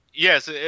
Yes